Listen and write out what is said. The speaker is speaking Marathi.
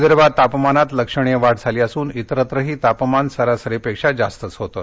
विदर्भात तापमानात लक्षणीय वाढ झाली असून इतरत्रही तापमान सरासरीपेक्षा जास्तच होतं